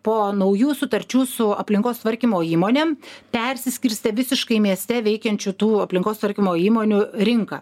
po naujų sutarčių su aplinkos tvarkymo įmonėm persiskirstė visiškai mieste veikiančių tų aplinkos tvarkymo įmonių rinka